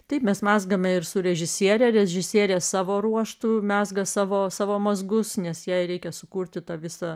taip mes mezgame ir su režisiere režisierė savo ruožtu mezga savo savo mazgus nes jai reikia sukurti tą visą